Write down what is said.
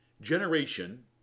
Generation